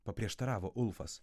paprieštaravo ulfas